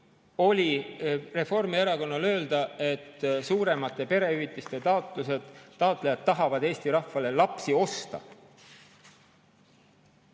oli Reformierakonnal öelda, et suuremate perehüvitiste taotlejad tahavad Eesti rahvale lapsi osta?